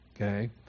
Okay